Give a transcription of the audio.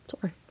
Sorry